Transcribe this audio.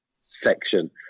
section